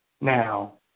Now